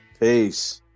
Peace